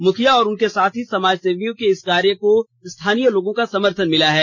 मुखिया और उनके साथी समाजसेवियों के इस कार्य को स्थानीय लोगों का समर्थन मिला है